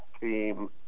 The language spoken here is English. team